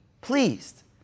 pleased